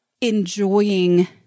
enjoying